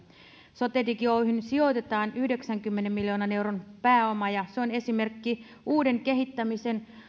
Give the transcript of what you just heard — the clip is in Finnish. sotedigi oyhyn sijoitetaan yhdeksänkymmenen miljoonan euron pääoma ja se on esimerkki uuden kehittämisen